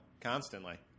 Constantly